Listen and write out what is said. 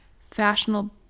fashionable